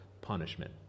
punishment